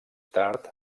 tard